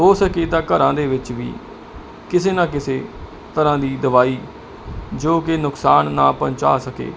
ਹੋ ਸਕੇ ਤਾਂ ਘਰਾਂ ਦੇ ਵਿੱਚ ਵੀ ਕਿਸੇ ਨਾ ਕਿਸੇ ਤਰ੍ਹਾਂ ਦੀ ਦਵਾਈ ਜੋ ਕਿ ਨੁਕਸਾਨ ਨਾ ਪਹੁੰਚਾ ਸਕੇ